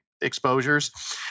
exposures